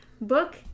book